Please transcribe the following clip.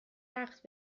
وقت